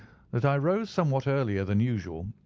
that i rose somewhat earlier than usual,